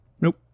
Nope